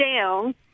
down